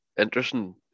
interesting